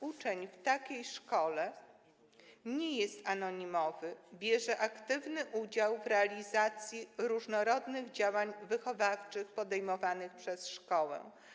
Uczeń w takiej szkole nie jest anonimowy, bierze aktywny udział w realizacji różnorodnych działań wychowawczych podejmowanych przez szkołę.